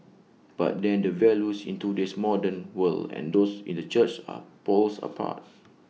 but then the values in today's modern world and those in the church are poles apart